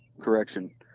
Correction